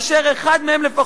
אשר אחד מהם לפחות,